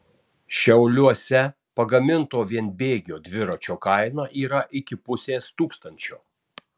šiauliuose pagaminto vienbėgio dviračio kaina yra iki pusės tūkstančio